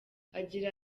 agira